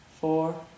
four